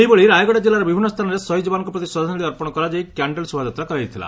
ସେହିଭଳି ରାୟଗଡ଼ା ଜିଲ୍ଲାର ବିଭିନ୍ନ ସ୍ରାନରେ ଶହୀଦ୍ ଯବାନଙ୍ଙ ପ୍ରତି ଶ୍ରଦ୍ଧାଞଳି ଅର୍ପଶ କରାଯାଇ କ୍ୟାଣେଲ୍ ଶୋଭାଯାତ୍ରା କରାଯାଇଛି